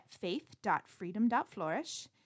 faith.freedom.flourish